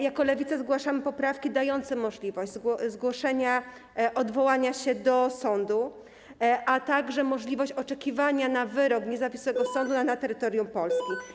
Jako Lewica zgłaszamy poprawki dające możliwość odwołania się do sądu, a także możliwość oczekiwania na wyrok niezawisłego sądu na terytorium Polski.